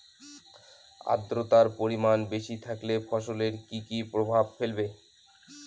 আদ্রর্তার পরিমান বেশি থাকলে ফসলে কি কি প্রভাব ফেলবে?